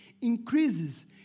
increases